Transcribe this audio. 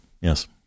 yes